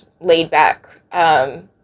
laid-back